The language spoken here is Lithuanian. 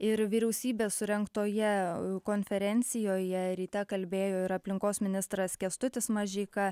ir vyriausybės surengtoje konferencijoje ryte kalbėjo ir aplinkos ministras kęstutis mažeika